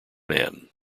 man